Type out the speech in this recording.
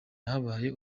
yabahaye